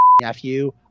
nephew